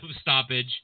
stoppage